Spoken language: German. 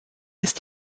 ist